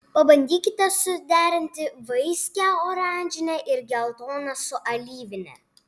pabandykite suderinti vaiskią oranžinę ir geltoną su alyvine